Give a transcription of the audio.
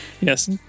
yes